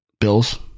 Bills